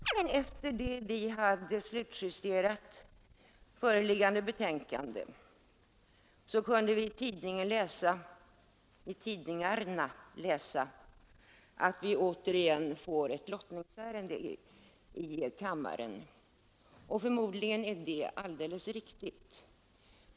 Herr talman! Justitieutskottets betänkande nr 9 i år är föranlett av en punkt i statsverkspropositionen, i vilken Kungl. Maj:t föreslår riksdagen att anvisa ett investeringsanslag på 17 miljoner kronor för budgetåret 1974/75. I betänkandet behandlas också en motion av fru Hambraeus m.fl. som rör Nedansiljans domsaga. Dagen efter det vi hade slutjusterat föreliggande betänkande kunde vi i tidningarna läsa att vi återigen får ett lottningsärende i kammaren. Förmodligen är det alldeles riktigt.